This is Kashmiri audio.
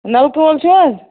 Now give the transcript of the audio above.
نوپول چھا